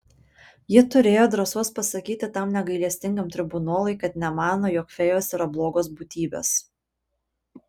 ji turėjo drąsos pasakyti tam negailestingam tribunolui kad nemano jog fėjos yra blogos būtybės